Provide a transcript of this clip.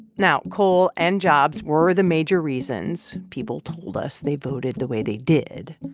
now, coal and jobs were the major reasons people told us they voted the way they did.